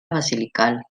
basilical